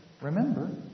remember